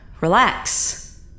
Relax